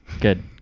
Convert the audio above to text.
good